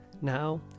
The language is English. now